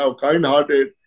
kind-hearted